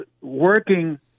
working